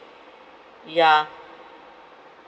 yeah